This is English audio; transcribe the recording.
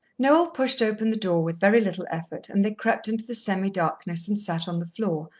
noel pushed open the door with very little effort, and they crept into the semi-darkness and sat on the floor,